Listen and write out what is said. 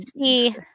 see